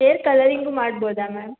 hair colouring ಮಾಡಬೋದ ma'am